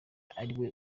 ariwe